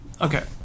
Okay